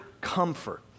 comfort